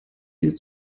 viel